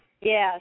Yes